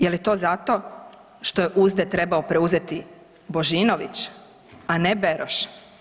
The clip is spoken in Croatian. Je li to zato što je uzde trebao preuzeti Božinović, a ne Beroš?